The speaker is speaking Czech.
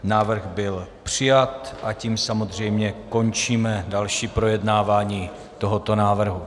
Návrh byl přijat, a tím samozřejmě končíme další projednávání tohoto návrhu.